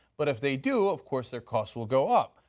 but if they do of course their cost will go up.